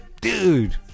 dude